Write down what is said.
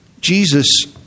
Jesus